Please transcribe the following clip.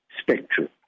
spectrum